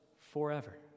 forever